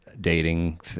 dating